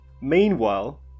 Meanwhile